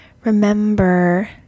Remember